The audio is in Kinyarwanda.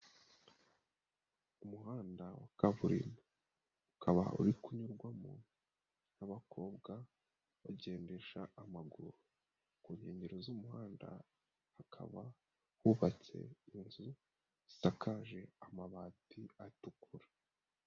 Umuhanda wa kaburimbo, ukaba uri kunyurwamo n'abakobwa bagendesha amaguru, ku nkengero z'umuhanda hakaba hubatse inzu zisakaje amabati atukura.